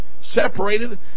separated